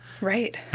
Right